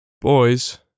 Boys